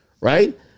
Right